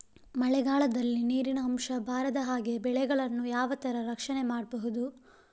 ಮಳೆಗಾಲದಲ್ಲಿ ನೀರಿನ ಅಂಶ ಬಾರದ ಹಾಗೆ ಬೆಳೆಗಳನ್ನು ಯಾವ ತರ ರಕ್ಷಣೆ ಮಾಡ್ಬಹುದು?